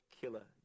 killer